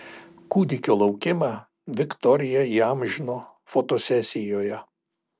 kūdikio laukimą viktorija įamžino fotosesijoje